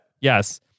Yes